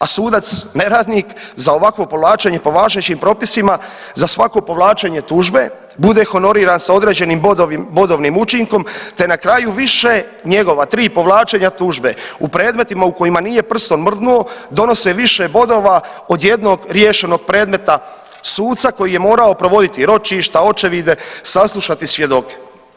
A sudac neradnik za ovakvo povlačenje po važećim propisima za svako povlačenje tužbe bude honoriran sa određenim bodovnim učinkom te na kraju više njegova 3 povlačenja tužbe u predmetima u kojima nije prstima mrdnuo donose više bodova od jednog riješenog predmeta suca koji je morao provoditi ročišta, očevide, saslušati svjedoke.